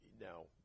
No